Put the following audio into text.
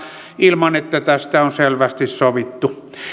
ilman että tästä on selvästi sovittu